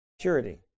purity